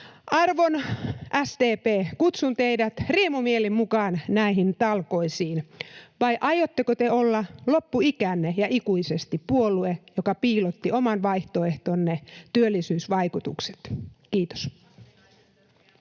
Arvon SDP, kutsun teidät riemumielin mukaan näihin talkoisiin — vai aiotteko te olla loppuikänne ja ikuisesti puolue, joka piilotti oman vaihtoehtonne työllisyysvaikutukset? — Kiitos.